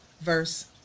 verse